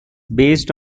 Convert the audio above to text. based